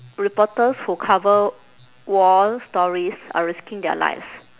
reporters who cover war stories are risking their lives